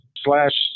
slash